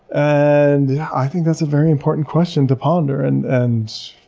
and yeah i think that's a very important question to ponder. and and